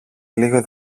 λίγο